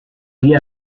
die